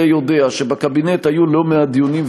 הרי יודע שבקבינט היו לא מעט דיונים,